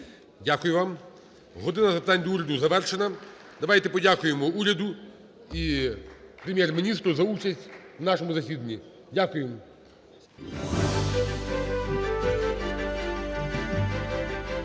Дякую вам. "Година запитань до Уряду" завершена. (Оплески) Давайте подякуємо уряду і Прем'єр-міністру за участь в нашому засіданні. Дякуємо,